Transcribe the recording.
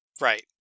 Right